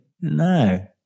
no